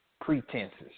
pretenses